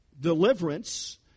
deliverance